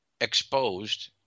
exposed